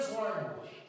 language